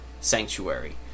sanctuary